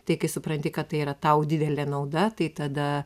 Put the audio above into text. tai kai supranti kad tai yra tau didelė nauda tai tada